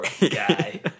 guy